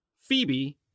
Phoebe